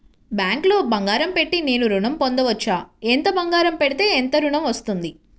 బ్యాంక్లో బంగారం పెట్టి నేను ఋణం పొందవచ్చా? ఎంత బంగారం పెడితే ఎంత ఋణం వస్తుంది?